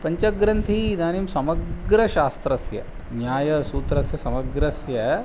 पञ्चग्रन्थी इदानीं समग्रशास्त्रस्य न्यायसूत्रस्य समग्रस्य